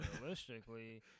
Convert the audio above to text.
realistically